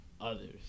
others